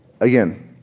again